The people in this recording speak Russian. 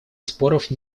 споров